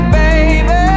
baby